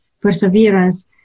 perseverance